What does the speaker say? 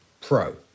Pro